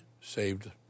saved